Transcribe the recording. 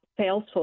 Salesforce